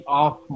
off